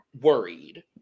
worried